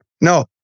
No